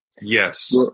Yes